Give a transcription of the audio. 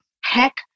heck